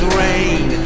rain